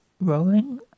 Rolling